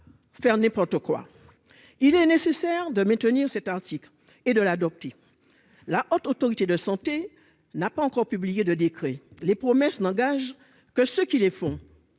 faire n'importe quoi, il est nécessaire de maintenir cet article et de l'Hadopi, la Haute autorité de santé n'a pas encore publié de décrets, les promesses n'engagent que ceux qui les font